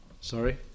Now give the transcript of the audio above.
Sorry